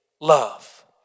love